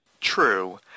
True